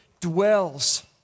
dwells